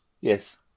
Yes